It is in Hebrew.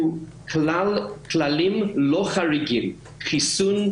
כללים ולא חריגים חיסון,